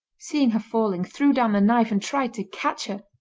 seeing her falling, threw down the knife and tried to catch her.